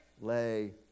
lay